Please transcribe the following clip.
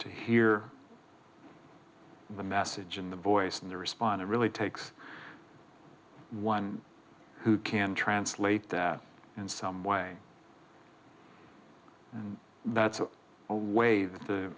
to hear the message in the voice and to respond it really takes one who can translate that in some way and that's a way that the